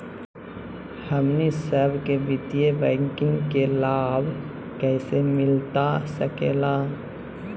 हमनी सबके वित्तीय बैंकिंग के लाभ कैसे मिलता सके ला?